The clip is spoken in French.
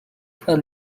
par